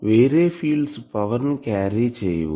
వేరే fields power ని carry చేయవు